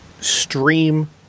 Stream